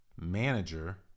manager